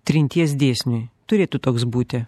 trinties dėsniui turėtų toks būti